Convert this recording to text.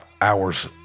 hours